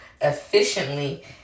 efficiently